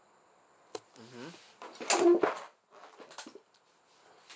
mmhmm